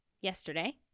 yesterday